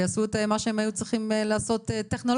ויעשו את מה שהם היו צריכים לעשות טכנולוגית,